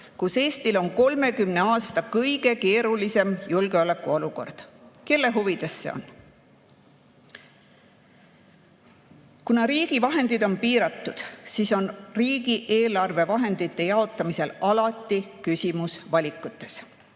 kus Eestil on 30 aasta kõige keerulisem julgeolekuolukord. Kelle huvides see on? Kuna riigi vahendid on piiratud, siis on riigieelarve vahendite jaotamisel alati küsimus valikutes.